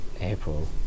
April